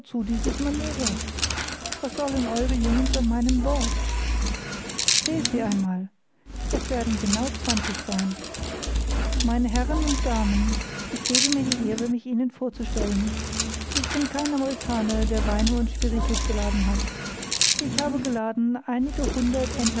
dieses maneuvre was sollen eure jungens an meinem bord zählt sie einmal es werden genau zwanzig sein meine herren und damen ich gebe mir die ehre mich ihnen vorzustellen ich bin kein amerikaner der weine und spiritus geladen hat ich habe geladen einige hundert